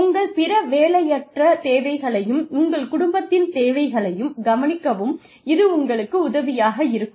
உங்கள் பிற வேலையற்ற தேவைகளையும் உங்கள் குடும்பத்தின் தேவைகளையும் கவனிக்கவும் இது உங்களுக்கு உதவியாக இருக்கும்